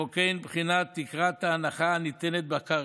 וכן בחינת תקרת ההנחה הניתנת בקרקע.